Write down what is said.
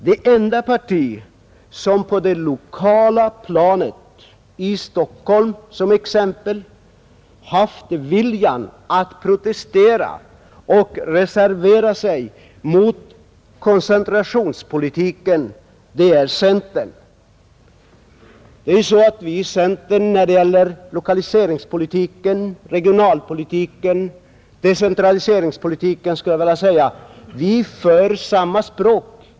Det enda parti som på det lokala planet — jag kan nämna Stockholm som exempel — har haft viljan att protestera och reservera sig mot koncentrationspolitiken är centerpartiet. När det gäller lokaliseringspolitiken, regionalpolitiken, decentraliseringspolitiken, talar vi alla inom centerpartiet samma språk.